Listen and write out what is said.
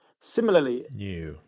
Similarly